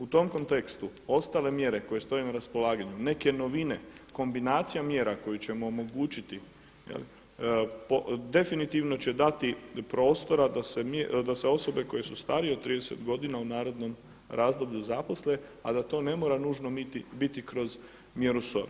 U tom kontekstu ostale mjere koje stoje na raspolaganju, neki novine kombinacija mjera koje će omogućiti definitivno će dati prostora da se osobe koje su starije od 30 godina u narednom razdoblju zaposle, a da to ne mora nužno biti kroz mjeru SOR.